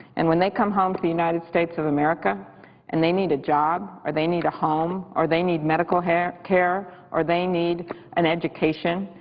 and when they come home to the united states of america and they need a job or they need a home or they need medical care care or they need an education,